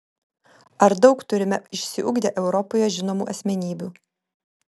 ar daug turime išsiugdę europoje žinomų asmenybių